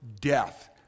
death